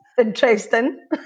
interesting